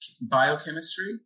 biochemistry